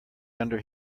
under